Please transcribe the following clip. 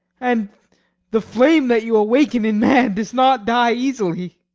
and the flame that you awaken in man does not die easily.